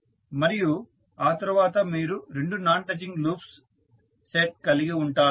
మరియు ఆ తరువాత మీరు రెండు నాన్ టచింగ్ లూప్స్ సెట్ కలిగి ఉంటారు